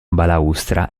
balaustra